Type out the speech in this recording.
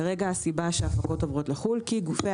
כרגע הסיבה שהפקות עוברות לחו"ל היא שגופי